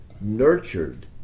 nurtured